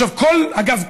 אגב,